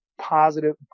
positive